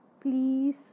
please